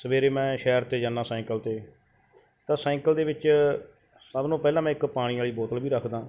ਸਵੇਰੇ ਮੈਂ ਸੈਰ 'ਤੇ ਜਾਂਦਾ ਸਾਈਕਲ 'ਤੇ ਤਾਂ ਸਾਈਕਲ ਦੇ ਵਿੱਚ ਸਭ ਨੂੰ ਪਹਿਲਾਂ ਮੈਂ ਇੱਕ ਪਾਣੀ ਵਾਲੀ ਬੋਤਲ ਵੀ ਰੱਖਦਾ